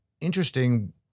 interesting